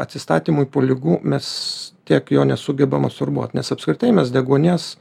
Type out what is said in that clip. atsistatymui po ligų mes tiek jo nesugebam absorbuot nes apskritai mes deguonies